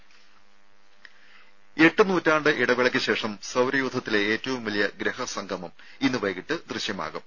രുര എട്ട് നൂറ്റാണ്ട് ഇടവേളയ്ക്ക് ശേഷം സൌരയൂഥത്തിലെ ഏറ്റവും വലിയ ഗ്രഹസംഗമം ഇന്ന് വൈകിട്ട് ദൃശ്യമാകും